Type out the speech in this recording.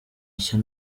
nshya